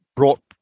Brought